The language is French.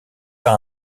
par